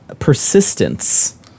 persistence